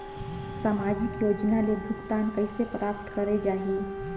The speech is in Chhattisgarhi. समाजिक योजना ले भुगतान कइसे प्राप्त करे जाहि?